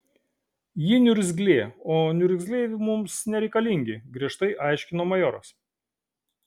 ji niurzglė o niurzgliai mums nereikalingi griežtai aiškino majoras